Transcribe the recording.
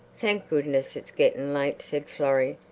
thank goodness, it's getting late, said florrie.